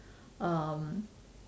um